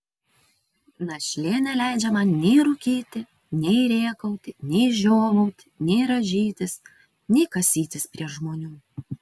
našlė neleidžia man nei rūkyti nei rėkauti nei žiovauti nei rąžytis nei kasytis prie žmonių